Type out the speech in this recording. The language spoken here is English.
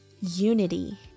unity